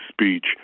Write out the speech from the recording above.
speech